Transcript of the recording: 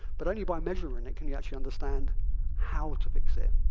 but only by measuring it can you actually understand how to fix it,